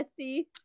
Bestie